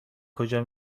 کجا